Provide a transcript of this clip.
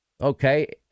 Okay